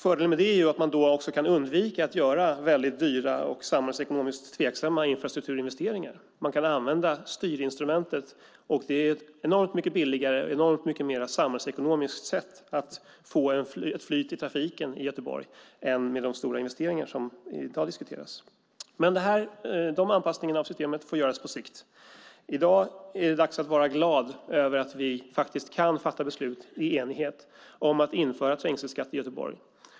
Fördelen är då att det går att undvika att göra dyra och samhällsekonomiskt tveksamma infrastrukturinvesteringar. Man kan använda styrinstrumentet. Det är enormt mycket billigare och ett mer samhällsekonomiskt sätt att få flyt i trafiken i Göteborg än med de stora investeringar som i dag diskuteras. De anpassningarna av systemet får göras på sikt. I dag är det dags att vara glad över att vi faktiskt kan fatta beslut i enighet om att införa trängselskatt i Göteborg.